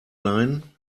leihen